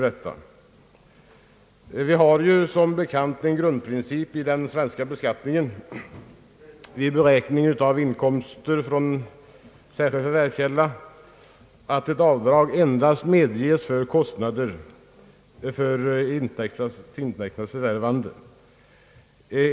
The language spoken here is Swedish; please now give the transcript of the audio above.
Det finns som bekant en grundprincip i den svenska beskattningen vid beräkning av inkomster från särskild förvärvskälla, nämligen att ett avdrag endast medges för kostnader för intäkternas förvärvande.